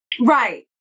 Right